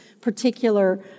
particular